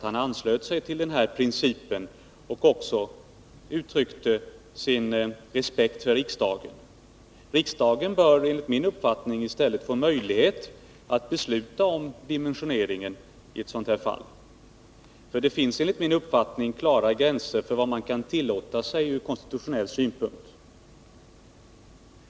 Han anslöt sig till den nämnda principen och uttryckte också sin respekt för riksdagen. Riksdagen bör enligt min uppfattning i stället få möjlighet att besluta om dimensioneringen i ett sådant här fall. Det finns enligt min uppfattning klara gränser för vad man kan tillåta sig ur konstitutionell synpunkt.